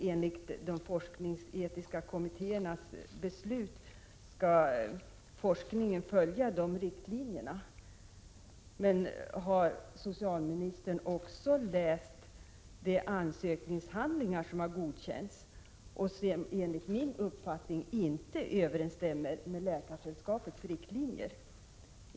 Enligt de forskningsetiska kommittéernas beslut skall forskningen följa de riktlinjerna. Men har socialministern läst de ansökningshandlingar som har godkänts och som enligt min uppfattning inte överensstämmer med Läkaresällskapets riktlinjer?